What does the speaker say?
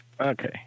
okay